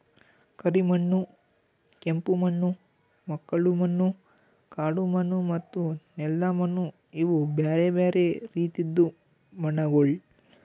ಕರಿ ಮಣ್ಣು, ಕೆಂಪು ಮಣ್ಣು, ಮೆಕ್ಕಲು ಮಣ್ಣು, ಕಾಡು ಮಣ್ಣು ಮತ್ತ ನೆಲ್ದ ಮಣ್ಣು ಇವು ಬ್ಯಾರೆ ಬ್ಯಾರೆ ರೀತಿದು ಮಣ್ಣಗೊಳ್